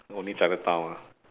only chinatown ah